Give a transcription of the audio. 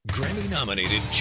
Grammy-nominated